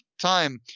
time